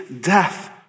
death